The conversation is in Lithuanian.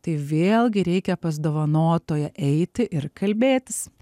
tai vėlgi reikia pas dovanotoją eiti ir kalbėtis